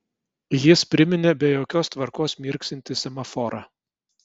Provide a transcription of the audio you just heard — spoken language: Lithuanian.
jis priminė be jokios tvarkos mirksintį semaforą